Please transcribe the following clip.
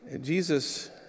Jesus